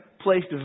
placed